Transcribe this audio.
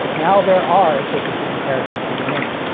now there are efficiency comparisons to be made.